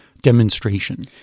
demonstration